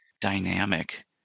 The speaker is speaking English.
dynamic